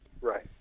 Right